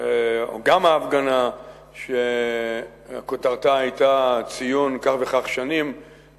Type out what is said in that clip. גם ההפגנה שכותרתה היתה ציון כך וכך שנים